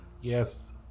yes